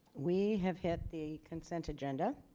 we have hit the consent agenda.